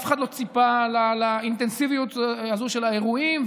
אף אחד לא ציפה לאינטנסיביות הזאת של האירועים,